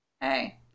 Hey